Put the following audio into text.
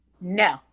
No